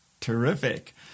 terrific